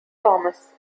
thomas